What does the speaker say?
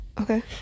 okay